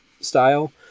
style